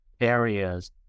areas